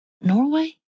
Norway